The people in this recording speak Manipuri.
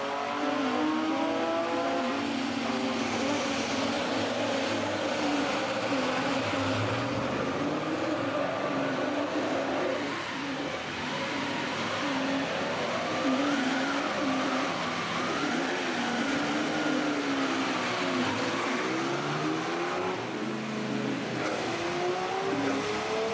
ꯒꯣꯕꯤꯟꯗꯖꯤꯁꯦ ꯐꯖꯕꯅꯤ ꯌꯦꯡꯕꯗ ꯍꯥꯏꯗꯤ ꯋꯥꯏꯠ ꯉꯥꯛꯇꯅꯒ ꯀꯂꯔ ꯇꯧꯔꯒ ꯃꯐꯝꯗꯣ ꯎ ꯋꯥ ꯌꯥꯝ ꯍꯧꯋꯦꯕ ꯑꯗꯨꯒ ꯌꯦꯡꯕ ꯑꯗꯨꯝ ꯐꯖꯕꯅꯤ ꯑꯗꯣ ꯍꯥꯏꯗꯤ ꯁꯟ ꯍꯤꯟꯗꯨꯒꯤꯅꯤꯅ ꯁꯟꯒꯨꯝꯕ ꯑꯗꯩ ꯑꯗꯨꯝꯕꯁꯨ ꯑꯗꯨꯝ ꯊꯝꯃꯦꯕ ꯂꯥꯏ ꯑꯣꯏꯅ ꯈꯨꯔꯨꯝꯅꯕꯒꯤꯀꯣ ꯍꯣꯏ ꯌꯦꯡꯉꯨꯁꯦ ꯎꯝ